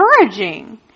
encouraging